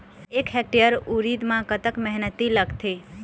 एक हेक्टेयर उरीद म कतक मेहनती लागथे?